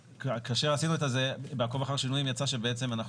כאשר עשינו את זה בעקוב אחרי שינויים יצא שבעצם אנחנו